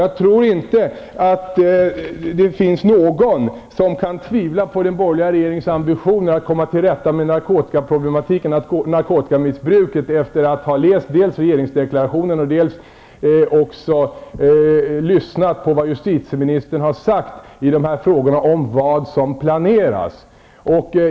Jag tror att det inte finns någon som kan tvivla på den borgerliga regeringens ambition att komma till rätta med narkotikamissbruket, efter att dels ha läst regeringsdeklarationen, dels ha lyssnat på vad justitieministern har sagt i de här frågorna om vad som planeras.